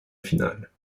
finale